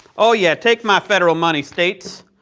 oh yeah, take my federal money, states.